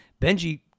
benji